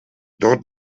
dort